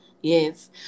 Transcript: Yes